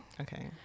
Okay